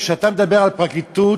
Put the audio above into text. כשאתה מדבר על פרקליטות,